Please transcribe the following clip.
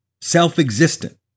self-existent